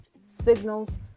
signals